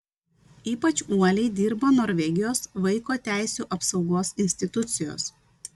ypač uoliai dirba norvegijos vaiko teisių apsaugos institucijos